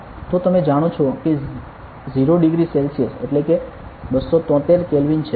તો તમે જાણો છો કે 0 ડિગ્રી સેલ્સિયસ એટ્લે કે 273 કેલ્વિન છે